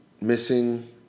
missing